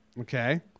Okay